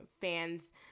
fans